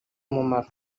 umumaro